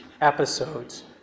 episodes